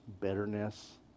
bitterness